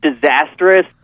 disastrous